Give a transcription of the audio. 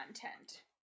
content